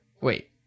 Wait